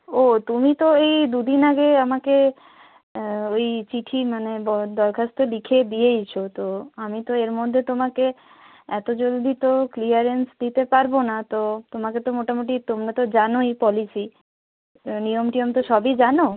ও তুমি তো এই দুদিন আগে আমাকে ওই চিঠি মানে দরখাস্ত লিখে দিয়েইছ তো আমি তো এর মধ্যে তোমাকে এত জলদি তো ক্লিয়ারেন্স দিতে পারব না তো তোমাকে তো মোটামুটি তোমরা তো জানোই পলিসি নিয়ম টিয়ম তো সবই জানো